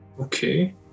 Okay